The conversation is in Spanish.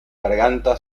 garganta